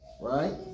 right